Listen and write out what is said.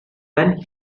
when